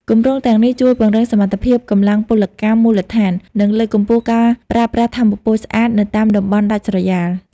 គម្រោងទាំងនេះជួយពង្រឹងសមត្ថភាពកម្លាំងពលកម្មមូលដ្ឋាន និងលើកកម្ពស់ការប្រើប្រាស់ថាមពលស្អាតនៅតាមតំបន់ដាច់ស្រយាល។